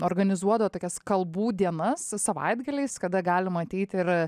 organizuodavo tokias kalbų dienas savaitgaliais kada galima ateiti ir